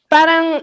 parang